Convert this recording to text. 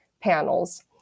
panels